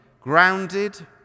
grounded